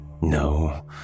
No